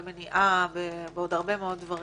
במניעה ובעוד הרבה מאוד דברים.